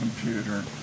computer